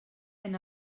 ben